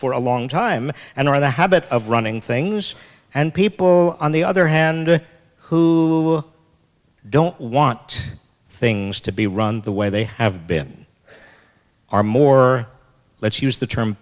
for a long time and are the habit of running things and people on the other hand who don't want things to be run the way they have been are more let's use the term